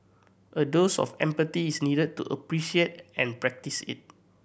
a dose of empathy is needed to appreciate and practice it